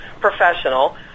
professional